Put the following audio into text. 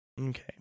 Okay